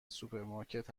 سوپرمارکت